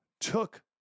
took